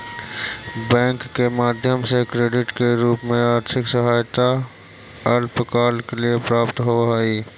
bank के माध्यम से क्रेडिट के रूप में आर्थिक सहायता अल्पकाल के लिए प्राप्त होवऽ हई